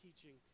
teaching